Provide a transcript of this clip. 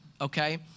okay